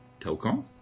Telcom